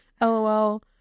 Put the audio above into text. LOL